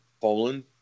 Poland